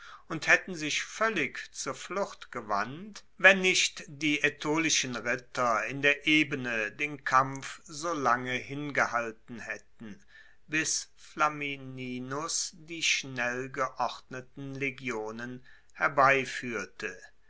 und haetten sich voellig zur flucht gewandt wenn nicht die aetolischen ritter in der ebene den kampf so lange hingehalten haetten bis flamininus die schnell geordneten legionen herbeifuehrte